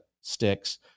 sticks